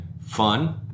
fun